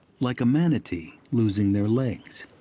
like a manatee, losing their legs.